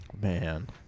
Man